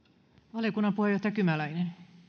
valiokunnan puheenjohtaja kymäläinen